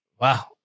Wow